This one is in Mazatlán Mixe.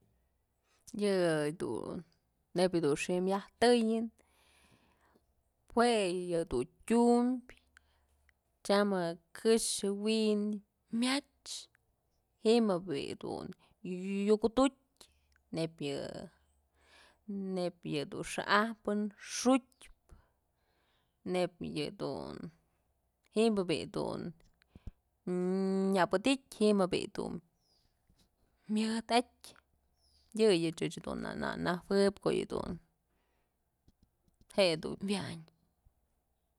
Yëdun nebyë dun xi'im myaj tëyën jue yëdun tyumbyë tyam je'e këxë wi'in myach ji'im je'e bi'i dun yukjodutyë neyb yë, neyb yëdun xa'ajpë xutyëpë neyb yëdun, ji'ib bi'i dun nyapëdityë ji'im bi'i dun myëdatyë yëyëch ëch dun na najuëb je'e yëdun wyañ.